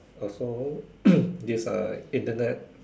also this uh Internet